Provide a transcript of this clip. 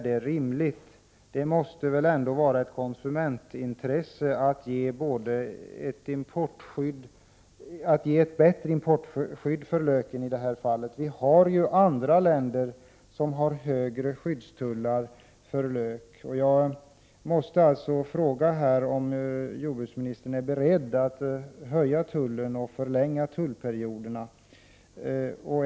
Det måste väl ändå vara ett konsumentintresse att ha ett bättre importskydd för t.ex. lök? Det finns andra länder som har högre skyddstullar för lök. Är jordbruksministern beredd att höja tullavgiften och förlänga tullperioderna?